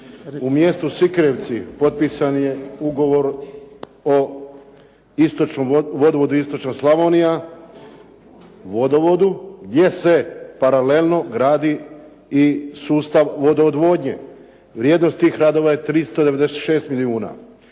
u mjestu Sikirevci potpisan je ugovor o vodovodu Istočna Slavonija, o vodovodu, gdje se paralelno gradi i sustav vodoodvodnje. Vrijednost tih radova je 396 milijuna,